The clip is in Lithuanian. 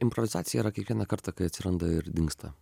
improvizacija yra kiekvieną kartą kai atsiranda ir dingsta